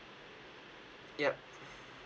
yup